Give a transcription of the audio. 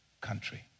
country